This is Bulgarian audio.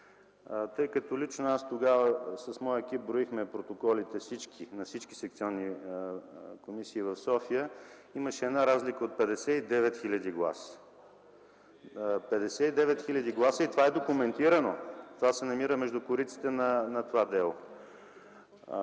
Тъй като лично аз тогава с моя екип броихме протоколите на всички секционни комисии в София, имаше една разлика от 59 хиляди гласа. И това е документирано и се намира между кориците на това дело.